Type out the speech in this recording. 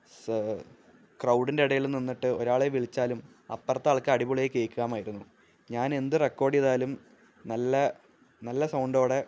ക്രൗഡിന്റെടെയിൽ നിന്നിട്ട് ഒരാളെ വിളിച്ചാലും അപ്പർത്താള്ക്ക് അടിപൊളിയായി കേള്ക്കാമായിരുന്നു ഞാനെന്ത് റെക്കോഡ് ചെയ്താലും നല്ല നല്ല സൗണ്ടോടെ